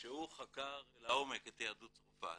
שהוא חקר לעומק את יהדות צרפת